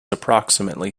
approximately